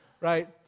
right